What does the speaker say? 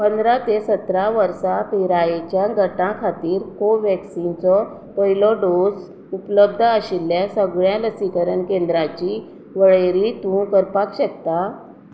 पंदरा ते सतरा वर्सां पिरायेच्या गटां खातीर कोव्हॅक्सिनचो पयलो डोस उपलब्ध आशिल्ल्या सगळ्या लसीकरण केंद्राची वळेरी तूं करपाक शकता